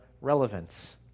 relevance